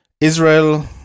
Israel